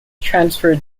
transferred